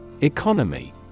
Economy